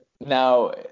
Now